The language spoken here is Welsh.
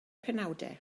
penawdau